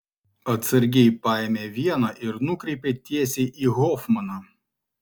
atsargiai paėmė vieną ir nukreipė tiesiai į hofmaną